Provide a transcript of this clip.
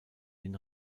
den